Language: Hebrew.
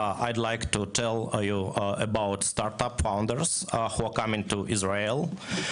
אני אשמח לספר לכם על מייסדי חברות הזנק שבאים לישראל.